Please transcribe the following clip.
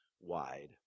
wide